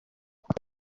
uku